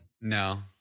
No